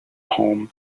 home